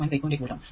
8 volt ആണ്